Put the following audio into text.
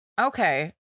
Okay